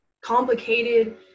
complicated